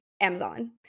Amazon